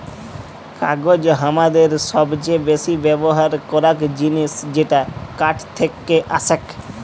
কাগজ হামাদের সবচে বেসি ব্যবহার করাক জিনিস যেটা কাঠ থেক্কে আসেক